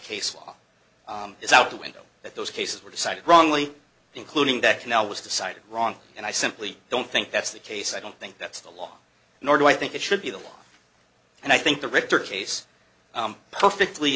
case law is out the window that those cases were decided wrongly including that now was decided wrong and i simply don't think that's the case i don't think that's the law nor do i think it should be the law and i think the richard case perfectly